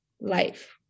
life